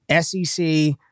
SEC